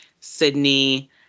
Sydney